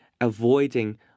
avoiding